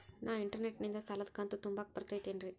ನಾ ಇಂಟರ್ನೆಟ್ ನಿಂದ ಸಾಲದ ಕಂತು ತುಂಬಾಕ್ ಬರತೈತೇನ್ರೇ?